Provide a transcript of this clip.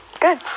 Good